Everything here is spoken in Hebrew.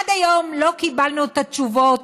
עד היום לא קיבלנו את התשובות